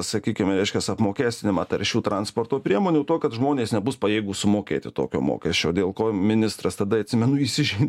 sakykime reiškias apmokestinimą taršių transporto priemonių tuo kad žmonės nebus pajėgūs sumokėti tokio mokesčio dėl ko ministras tada atsimenu įsižeidė